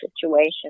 situation